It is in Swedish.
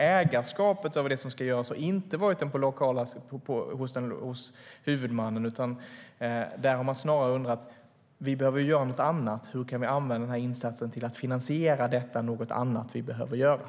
Ägarskapet för det som ska göras har inte legat hos den lokala huvudmannen, utan där har man snarare undrat: Vi behöver göra något annat, så hur kan vi använda den här insatsen till att finansiera detta "något annat" vi behöver göra?